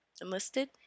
Enlisted